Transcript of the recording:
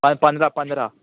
हय पंदरा पंदरा